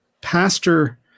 pastor